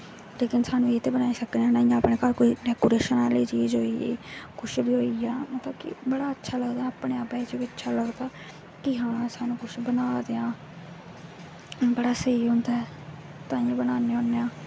लेकिन सानूं एह् ते बनाई सकने आं ना अपने घर डैकोरेशन आह्ली चीज़ होई गेई कुछ बी होई गेआ मतलब कि बड़ा अच्छा लगदा अपने आपै च बी अच्छा लगदा कि हां सानूं कुछ बना दे आं बड़ा स्हेई होंदा ऐ ताइयों बनान्ने होन्ने आं